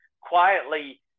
quietly –